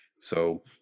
So-